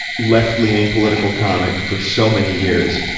left-leaning political comic for so many years.